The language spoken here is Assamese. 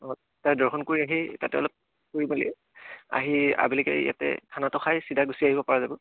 অঁ তাত দৰ্শন কৰি আহি তাতে অলপ আহি আবেলিকে ইয়াতে খানাটো খাই চিধা গুচি আহিব পৰা যাব